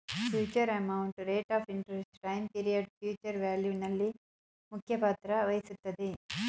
future amount, rate of interest, time period future value ನಲ್ಲಿ ಮುಖ್ಯ ಪಾತ್ರ ವಹಿಸುತ್ತದೆ